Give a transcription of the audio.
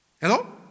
Hello